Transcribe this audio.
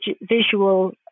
visual